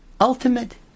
ultimate